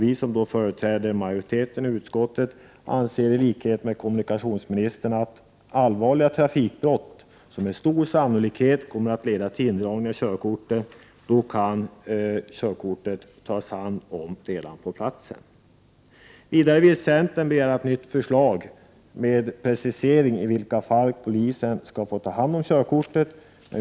Vi som företräder utskottsmajoriteten anser i likhet med kommunikationsministern att körkortet kan tas om hand på platsen vid allvarliga trafikbrott som med stor sannolikhet kommer att leda till indragning av körkortet. Vidare begär centern ett nytt förslag med preciseringar av i vilka fall polisen skall få ta hand om körkortet.